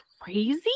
crazy